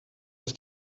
dass